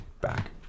back